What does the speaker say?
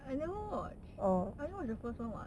I never watch I watch the first one [what]